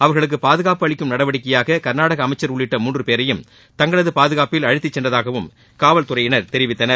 அவர்களுக்கு பாதுகாப்பு அளிக்கும் நடவடிக்கையாக கர்நாடக அமைச்சர் உள்ளிட்ட மூன்று பேரையும் தங்களது பாதுகாப்பில் அழைத்து சென்றதாகவும் காவல்துறையினர் தெரிவித்தனர்